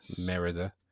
Merida